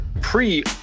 pre